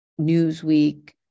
Newsweek